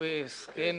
ובהסכם